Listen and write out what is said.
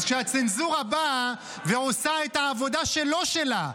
אז כשהצנזורה באה ועושה את העבודה שלא שלה,